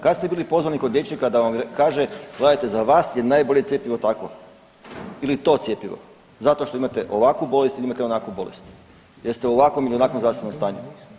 Kad ste bili pozvani kod liječnika da vam kaže gledajte za vas je najbolje cjepivo takvo ili to cjepivo zato što imate ovakvu bolest, imate onakvu bolest, jer ste u ovakvom ili onakvom zdravstvenom stanju.